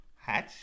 hatch